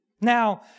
Now